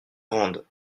grande